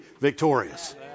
victorious